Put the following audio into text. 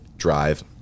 drive